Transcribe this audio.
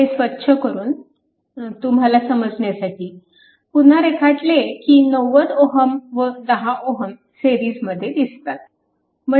हे स्वच्छ करून तुम्हाला समजण्यासाठी पुन्हा रेखाटले की 90 Ω व 10Ω सिरीजमध्ये दिसतात